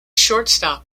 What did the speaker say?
shortstop